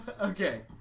Okay